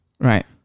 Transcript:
Right